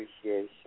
appreciation